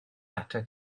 atat